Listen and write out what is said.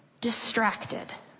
distracted